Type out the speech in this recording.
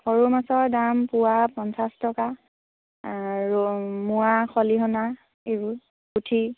সৰু মাছৰ দাম পোৱা পঞ্চাছ টকা আৰু মোৱা খলিহনা এইবোৰ পুঠি